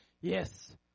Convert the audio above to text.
yes